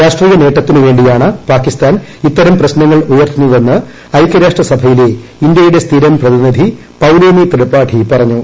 രാഷ്ട്രീയ നേട്ടത്തിനു വേണ്ടിയാണ് പാകിസ്ഥാൻ ഇത്തരം പ്രശ്നങ്ങൾ ഉയർത്തുന്നതെന്ന് ഐകൃരാഷ്ട്ര സഭയിലെ ഇന്ത്യയുടെ സ്ഥിരം പ്രതിനിധി പൌലോമി ത്രിപാഠി പറഞ്ഞു